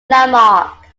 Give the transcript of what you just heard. landmark